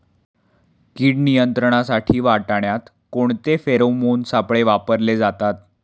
कीड नियंत्रणासाठी वाटाण्यात कोणते फेरोमोन सापळे वापरले जातात?